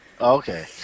Okay